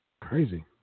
Crazy